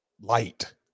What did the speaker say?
Light